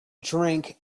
drink